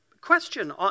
question